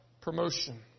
promotion